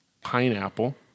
Pineapple